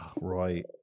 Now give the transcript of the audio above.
Right